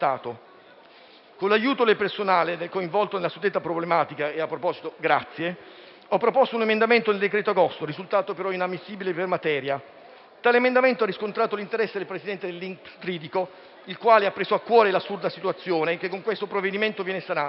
Con l'aiuto del personale coinvolto nella suddetta problematica (che ringrazio), ho proposto un emendamento al decreto-legge agosto, risultato però inammissibile per materia. Tale proposta ha però riscontrato l'interesse del presidente dell'INPS Tridico, il quale ha preso a cuore quell'assurda situazione che con il provvedimento in esame